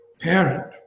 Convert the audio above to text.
parent